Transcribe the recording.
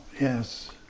yes